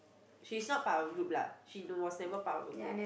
she's not part of group lah she was never part of a group